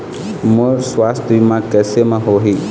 मोर सुवास्थ बीमा कैसे म होही?